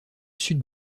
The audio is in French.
sud